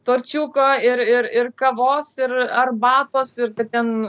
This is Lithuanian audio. torčiuko ir ir ir kavos ir arbatos ir kad ten